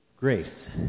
Grace